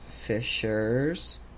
Fishers